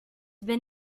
been